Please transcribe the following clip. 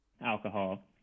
alcohol